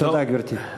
תודה, גברתי.